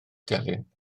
delyn